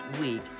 week